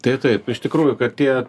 tai taip iš tikrųjų kad tie